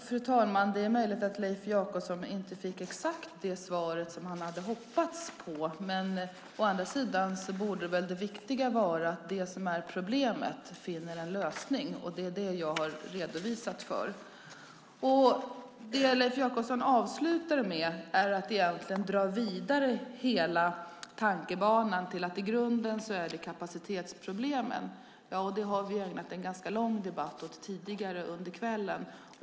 Fru talman! Det är möjligt att Leif Jakobsson inte fick exakt det svar som han hade hoppats på, men å andra sidan borde det viktiga vara att problemet finner en lösning. Det är det jag har redovisat för. Leif Jakobsson avslutar med att dra hela tankebanan vidare till att det i grunden handlar om kapacitetsproblemen. Det har vi ägnat en ganska lång debatt åt tidigare under kvällen.